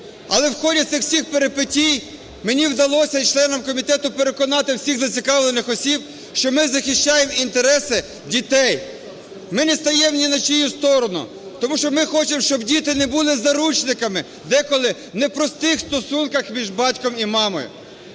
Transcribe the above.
Але в ході цих всіх перипетій мені вдалося і членам комітету переконати всіх зацікавлених осіб, що ми захищаємо інтереси дітей. Ми не стаємо ні на чию сторону, тому що ми хочемо, щоб діти не були заручниками деколи в непростих стосунках між батьком і мамою.